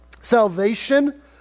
Salvation